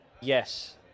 Yes